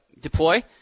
deploy